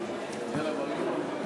התשע"ד 2014,